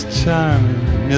charming